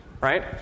Right